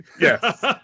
Yes